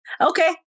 Okay